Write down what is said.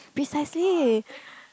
precisely